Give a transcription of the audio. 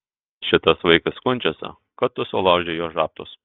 šitas vaikis skundžiasi kad tu sulaužei jo žabtus